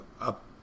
up